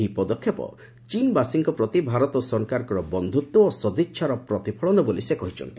ଏହି ପଦକ୍ଷେପ ଚୀନବାସୀଙ୍କ ପ୍ରତି ଭାରତ ସରକାରଙ୍କର ବନ୍ଧୁତ୍ୱ ଓ ସଦ୍ଦିଚ୍ଛାର ପ୍ରତିଫଳନ ବୋଲି ସେ କହିଛନ୍ତି